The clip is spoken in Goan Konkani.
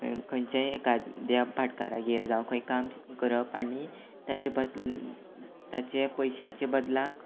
खंयचेंय एकाद्या भाटकारागेर जावं खंय काम करप आनी ताचे बदला ताचे पयशाचे बदलाक